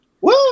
Woo